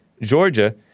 Georgia